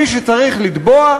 מי שצריך לתבוע,